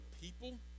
people